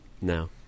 No